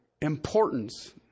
importance